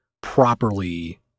properly